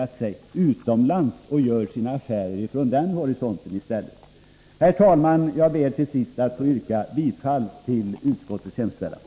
Är det en rimlig ordning? Herr talman! Jag ber till sist att få yrka bifall till utskottets hemställan.